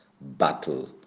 battle